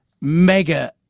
mega